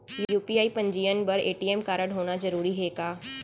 UPI पंजीयन बर ATM कारडहोना जरूरी हे का?